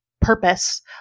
purpose